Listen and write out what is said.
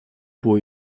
było